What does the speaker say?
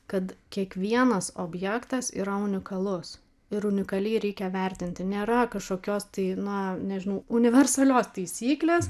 kad kiekvienas objektas yra unikalus ir unikaliai reikia vertinti nėra kažkokios tai na nežinau universalios taisyklės